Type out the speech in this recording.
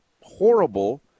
horrible